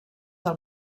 del